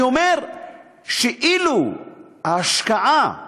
אני אומר שאילו ההשקעה באכיפה,